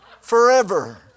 forever